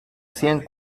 cien